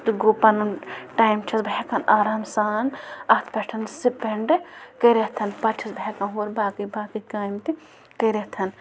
تہٕ گوٚو پَنُن ٹایِم چھَس بہٕ ہٮ۪کان آرام سان اَتھ پٮ۪ٹھ سٕپٮ۪نٛڈٕ کٔرِتھ پَتہٕ چھَس بہٕ ہٮ۪کان ہورٕ باقٕے باقٕے کامہِ تہِ کٔرِتھ